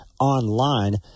online